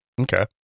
okay